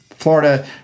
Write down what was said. Florida